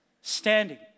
standing